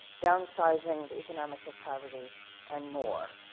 downsizing the economics of poverty and more.